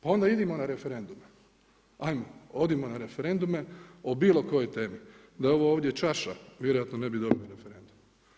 Pa onda idimo na referendum, ajmo, odimo na referendume, o bilo kojoj temi, da je ovo ovdje čaša, vjerojatno ne bi dobili referendum.